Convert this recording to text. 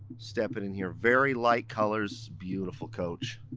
stepping in here, very light colors, beautiful coach.